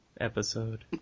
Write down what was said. episode